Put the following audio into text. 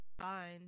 fine